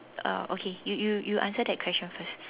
uh okay you you you answer that question first